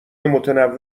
متنوع